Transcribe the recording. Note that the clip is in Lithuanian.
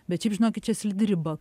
bet šiaip žinokit čia slidi riba